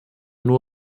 nur